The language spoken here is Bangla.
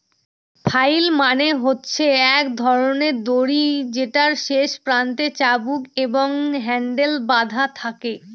ফ্লাইল মানে হচ্ছে এক ধরনের দড়ি যেটার শেষ প্রান্তে চাবুক আর হ্যান্ডেল বাধা থাকে